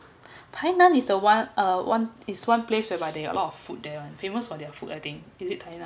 tainan is the one uh one is one place whereby they have a lot of food there [one] famous for their food I think is it tainan